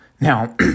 Now